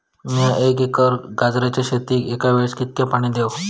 मीया एक एकर गाजराच्या शेतीक एका वेळेक कितक्या पाणी देव?